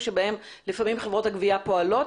אבל שר הפנים הסכים להם בסופו של